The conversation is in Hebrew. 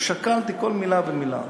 ושקלתי כל מילה ומילה,